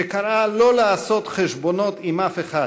שקראה לא לעשות חשבונות עם אף אחד